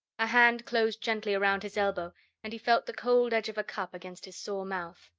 a hand closed gently around his elbow and he felt the cold edge of a cup against his sore mouth.